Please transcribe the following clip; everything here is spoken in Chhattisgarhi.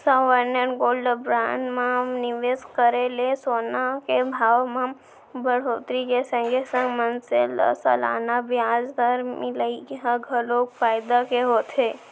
सॉवरेन गोल्ड बांड म निवेस करे ले सोना के भाव म बड़होत्तरी के संगे संग मनसे ल सलाना बियाज दर मिलई ह घलोक फायदा के होथे